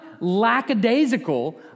lackadaisical